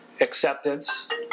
acceptance